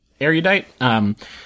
erudite –